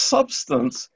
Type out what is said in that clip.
Substance